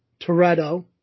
Toretto